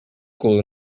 school